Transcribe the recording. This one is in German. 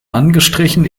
angestrichen